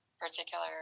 particular